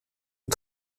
aux